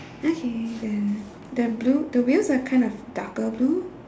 okay then the blue the wheels are kind of darker blue